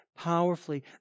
powerfully